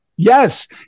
Yes